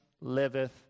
liveth